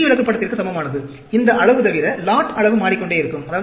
இது C விளக்கப்படத்திற்கு சமமானது இந்த அளவு தவிர லாட் அளவு மாறிக்கொண்டே இருக்கும்